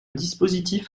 dispositif